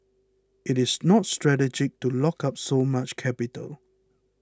it is not strategic to lock up so much capital